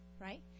right